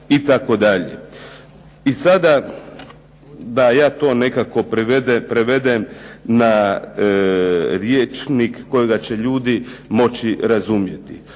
I sada da ja to nekako prevedem na rječnik kojega će ljudi moći razumjeti.